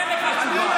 אין לך תשובה.